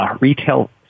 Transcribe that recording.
retail